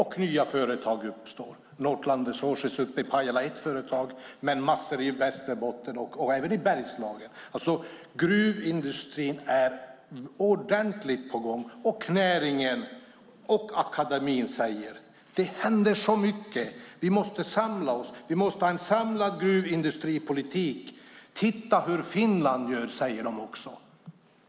Och nya företag uppstår - Northland Resources uppe i Pajala är ett företag, men det finns massor i Västerbotten och även i Bergslagen. Gruvindustrin är ordentligt på gång. Näringen och akademien säger: Det händer så mycket att vi måste samla oss och ha en samlad gruvindustripolitik. Titta hur Finland gör, säger de också.